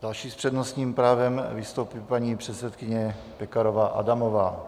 Další s přednostním právem vystoupí paní předsedkyně Pekarová Adamová.